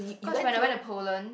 cause when I went to Poland